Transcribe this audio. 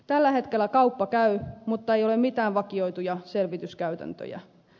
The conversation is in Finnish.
tällä hetkellä kauppa käy mutta ei ole mitään vakioituja selvityskäytäntöjä